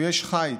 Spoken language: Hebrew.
ויש חיץ.